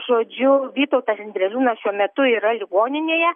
žodžiu vytautas indreūnas šiuo metu yra ligoninėje